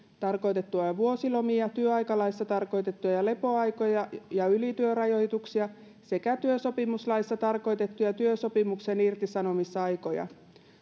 tarkoitettuja vuosilomia työaikalaissa tarkoitettuja lepoaikoja ja ylityörajoituksia sekä työsopimuslaissa tarkoitettuja työsopimuksen irtisanomisaikoja